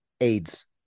AIDS